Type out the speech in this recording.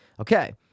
Okay